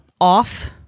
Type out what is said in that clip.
off